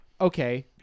Okay